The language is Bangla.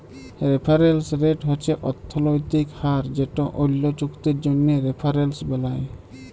রেফারেলস রেট হছে অথ্থলৈতিক হার যেট অল্য চুক্তির জ্যনহে রেফারেলস বেলায়